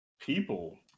people